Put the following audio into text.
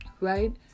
right